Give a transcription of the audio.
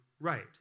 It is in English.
right